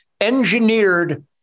engineered